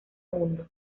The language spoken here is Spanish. mundo